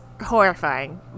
horrifying